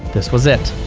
this was it,